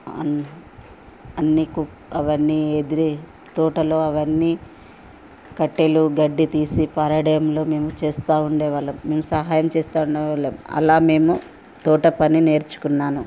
అన్ అన్నికు అవన్నీ ఎదురే తోటలో అవన్నీ కట్టెలు గడ్డి తీసి పరాడెంలో మేము చేస్తా ఉండేవాళ్ళము మేము సహాయం చేస్తా ఉండేవాళ్ళం అలా మేము తోట పని నేర్చుకున్నాను